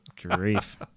grief